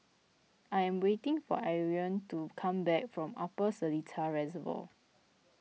I am waiting for Irven to come back from Upper Seletar Reservoir